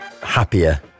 happier